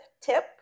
tip